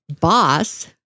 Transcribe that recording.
boss